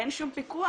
אין שום פיקוח?